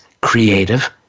creative